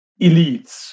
elites